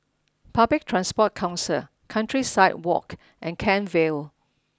Public Transport Council Countryside Walk and Kent Vale